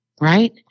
right